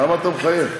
למה אתה מחייך?